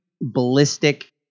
ballistic